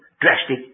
drastic